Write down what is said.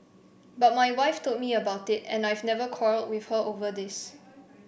but my wife told me about it and I've never quarrelled with her over this